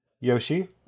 Yoshi